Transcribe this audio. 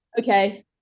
Okay